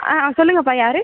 ஆ ஆ சொல்லுங்கப்பா யாரு